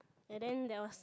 and then there was